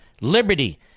liberty